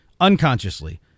Unconsciously